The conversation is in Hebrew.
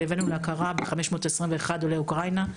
והבאנו להכרה ב-521 עולי אוקראינה,